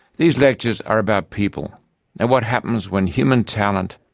these lectures are about people and what happens when human talent,